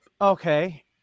Okay